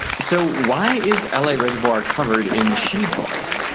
so why is la reservoir covered in shade balls?